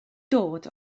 dod